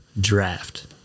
Draft